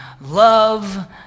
Love